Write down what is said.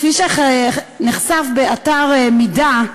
כפי שנחשף באתר "מידה",